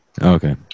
Okay